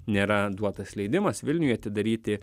nėra duotas leidimas vilniuj atidaryti